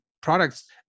products